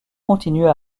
continuent